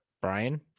Brian